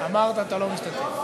אמרתי לך שאני לא משתתף,